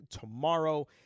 tomorrow